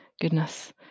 goodness